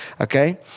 Okay